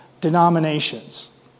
denominations